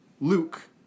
Luke